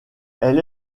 elle